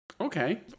Okay